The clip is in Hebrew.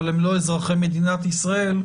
אבל הם לא אזרחי מדינת ישראל,